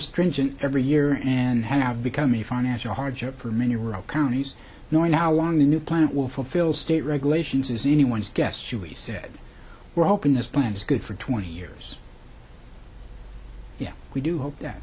stringent every year and have become a financial hardship for many rural counties knowing how long the new plant will fulfill state regulations is anyone's guess you he said we're open this plant is good for twenty years yeah we do hope that